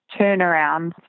turnarounds